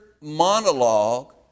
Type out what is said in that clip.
monologue